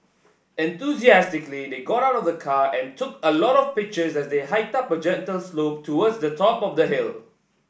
enthusiastically they got out of the car and took a lot of pictures as they hiked up a gentle slope towards the top of the hill